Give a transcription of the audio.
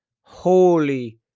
Holy